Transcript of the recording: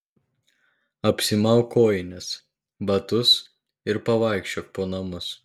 apsimauk kojines batus ir pavaikščiok po namus